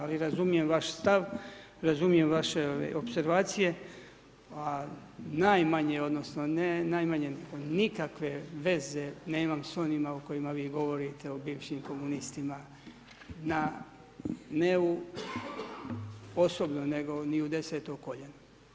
Ali razumijem vaš stav, razumijem vaše opservacije, a najmanje, odnosno ne najmanje nikakve veze nemam sa onima o kojima vi govorite, o bivšim komunistima ne osobno nego ni u deseto koljeno.